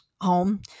home